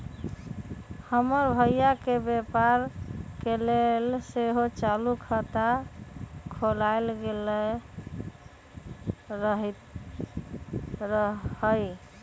हमर भइया के व्यापार के लेल सेहो चालू खता खोलायल गेल रहइ